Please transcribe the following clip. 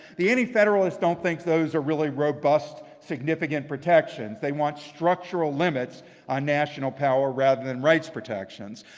the antifederalists don't think those are really robust significant protections. they want structural limits on national power, rather than rights' protections.